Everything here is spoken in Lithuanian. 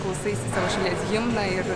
klausaisi šalies himną ir